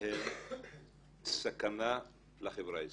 הם סכנה לחברה הישראלית.